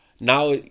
Now